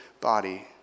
body